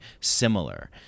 similar